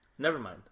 Nevermind